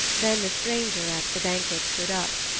then the stranger at the banquet stood up,